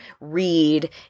read